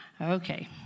Okay